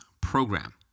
program